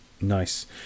Nice